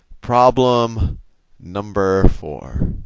problem number four.